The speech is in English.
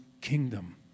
kingdom